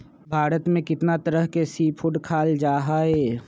भारत में कितना तरह के सी फूड खाल जा हई